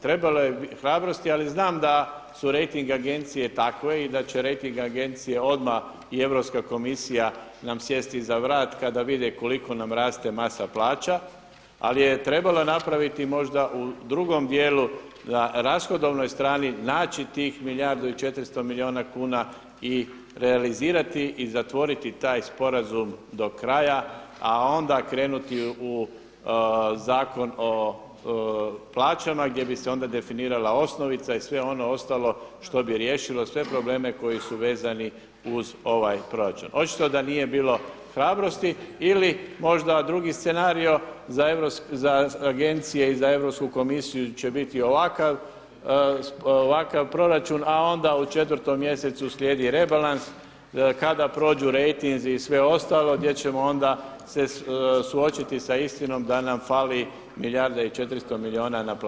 Trebalo je hrabrosti ali znam da su rejting agencije takve i da će rejting agencije odmah i Europska komisija nam sjesti za vrat kada vide koliko nam raste masa plaća ali je trebalo napraviti možda u drugom djelu na rashodovnoj strani naći tih 1 milijardu i 400 milijuna kuna i realizirati i zatvoriti taj sporazum do kraja a onda krenuti u Zakon o plaćama gdje bi se onda definirala osnovica i sve ono ostalo što bi riješilo sve probleme koji su vezani uz ovaj proračun. očito da nije bilo hrabrosti ili možda drugi scenarij za agencije i za Europsku komisiju će biti ovakav proračun a onda u 4 mjesecu slijedi rebalans, kada prođu rejtinzi i sve ostalo gdje ćemo onda se suočiti sa istinom da nam fali 1 milijarda i 400 milijuna na plaćama.